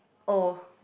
oh